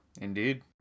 Indeed